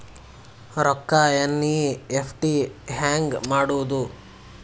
ರೊಕ್ಕ ಎನ್.ಇ.ಎಫ್.ಟಿ ಹ್ಯಾಂಗ್ ಮಾಡುವುದು?